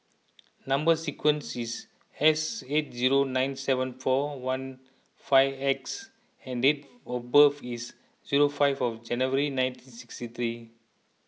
Number Sequence is S eight zero nine seven four one five X and date of birth is zero five of January nineteen sixty three